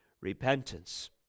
Repentance